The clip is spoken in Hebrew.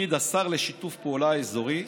לתפקיד השר לשיתוף פעולה אזורי,